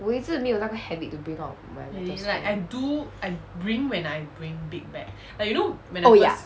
我一直没有那个 zhi mei you na ge habit to bring out my metal straw oh ya